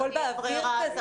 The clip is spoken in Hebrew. הכול באוויר.